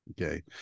okay